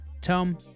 Tom